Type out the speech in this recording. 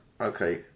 okay